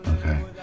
Okay